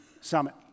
Summit